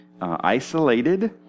isolated